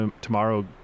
tomorrow